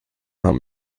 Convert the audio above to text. haben